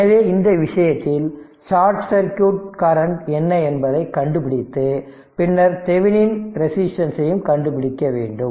எனவே இந்த விஷயத்தில் ஷார்ட் சர்க்யூட் கரண்ட் என்ன என்பதைக் கண்டுபிடித்து பின்னர் தெவெனின் ரெசிஸ்டன்ஸ்யும் கண்டுபிடிக்க வேண்டும்